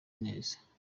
neza